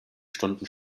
stunden